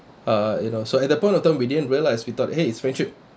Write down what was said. uh you know so at the point of time we didn't realise we thought !hey! it's friendship